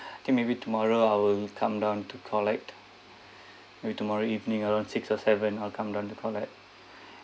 I think maybe tomorrow I will come down to collect maybe tomorrow evening around six or seven I'll come down to collect